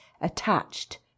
attached